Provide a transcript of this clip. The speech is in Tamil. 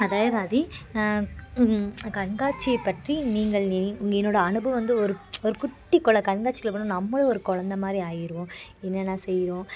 அதேமாதிரி கண்காட்சியைப் பற்றி நீங்கள் எ என்னோடய அனுபவம் வந்து ஒரு ஒரு குட்டி குல கண்காட்சிக்குள்ளே போனால் நம்மளும் ஒரு குலந்தமாரி ஆயிடுவோம் என்னென்ன செய்கிறோம்